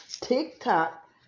TikTok